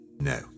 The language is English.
No